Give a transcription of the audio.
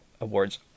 awards